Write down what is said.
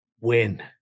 Win